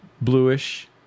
bluish